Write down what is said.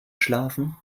schlafen